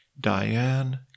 Diane